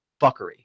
fuckery